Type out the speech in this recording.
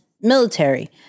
military